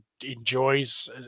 enjoys